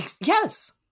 Yes